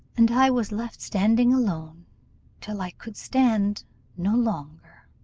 and i was left standing alone till i could stand no longer.